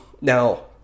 Now